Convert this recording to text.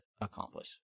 accomplish